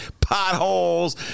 potholes